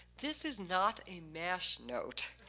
this is not a mash note.